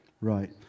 Right